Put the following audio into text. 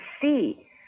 see